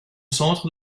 centre